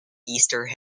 easter